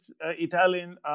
Italian